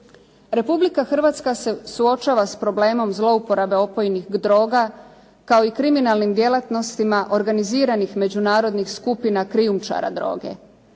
Republika Hrvatska se suočava s problemom zlouporabe opojnih droga kao i kriminalnim djelatnostima, organiziranih međunarodnih skupina krijumčara droge.